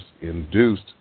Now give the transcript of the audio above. induced